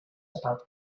about